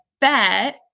bet